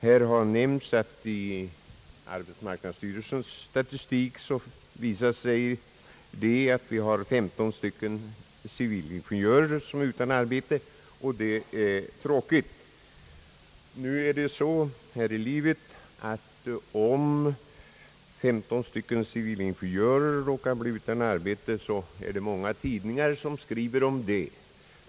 Det har nämnts att arbetsmarknadsstyrelsens statistik visar att vi har 15 civilingenjörer som är utan arbete, och det är tråkigt. Om 15 civilingenjörer råkar bli utan arbete är det många tidningar som skriver om det.